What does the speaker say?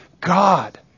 God